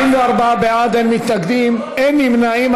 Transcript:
44 בעד, אין מתנגדים, אין נמנעים.